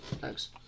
Thanks